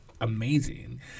amazing